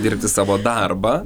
dirbti savo darbą